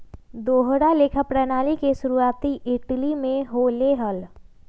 दोहरा लेखा प्रणाली के शुरुआती इटली में होले हल